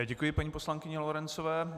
Děkuji paní poslankyni Lorencové.